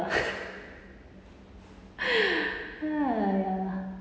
ah ya lah